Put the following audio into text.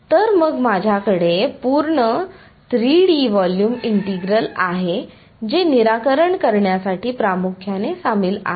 तर मग माझ्याकडे पूर्ण 3 डी व्हॉल्यूम इंटिग्रल आहे जे निराकरण करण्यासाठी प्रामुख्याने सामील आहे